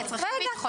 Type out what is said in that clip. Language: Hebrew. אבל לצרכים ביטחוניים.